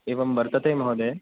एवं वर्तते महोदय